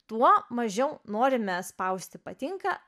tuo mažiau norime spausti patinka